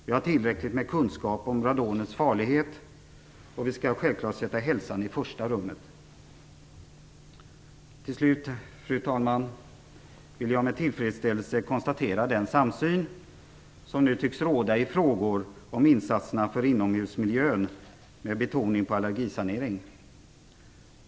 Vi har tillräckligt med kunskap om radonets farlighet, och vi skall självfallet sätta hälsan i första rummet. Fru talman! Jag vill till slut med tillfredsställelse konstatera att samsyn nu tycks råda i fråga om insatserna för inomhusmiljön, med betoning på allergisanering.